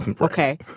okay